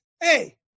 hey